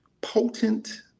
potent